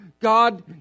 God